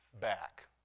back